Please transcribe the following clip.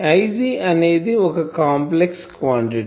Ig అనేది ఒక complex quantity